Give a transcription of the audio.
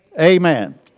Amen